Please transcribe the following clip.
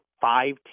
five